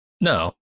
No